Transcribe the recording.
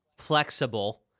flexible